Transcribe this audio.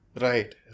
Right